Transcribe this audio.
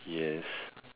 yes